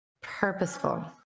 purposeful